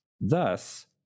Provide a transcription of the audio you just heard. thus